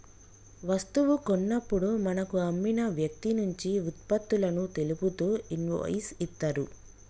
వస్తువు కొన్నప్పుడు మనకు అమ్మిన వ్యక్తినుంచి వుత్పత్తులను తెలుపుతూ ఇన్వాయిస్ ఇత్తరు